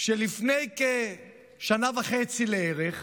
שלפני שנה וחצי לערך,